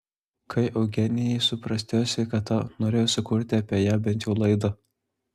kai eugenijai suprastėjo sveikata norėjau sukurti apie ją bent jau laidą